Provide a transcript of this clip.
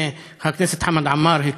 מייד אחריו, חבר הכנסת חמד עמאר.